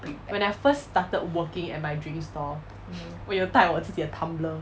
when I first started working at my drink store 我有带我自己的 tumbler